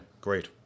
great